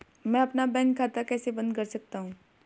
मैं अपना बैंक खाता कैसे बंद कर सकता हूँ?